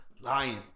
Lying